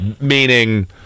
meaning